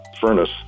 furnace